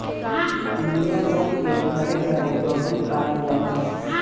मिया लोग के घरे घरे बकरी पालल जाला